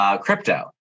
crypto